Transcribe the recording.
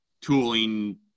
tooling